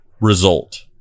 result